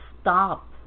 stop